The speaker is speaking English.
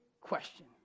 question